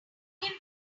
onion